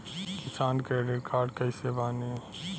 किसान credit card कइसे बानी?